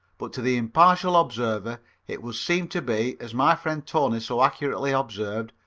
but to the impartial observer it would seem to be, as my friend tony so accurately observed,